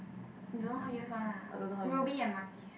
don't know how use one lah ruby and